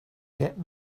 get